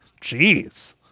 jeez